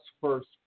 first